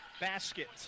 basket